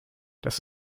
das